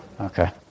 Okay